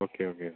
okay okay sir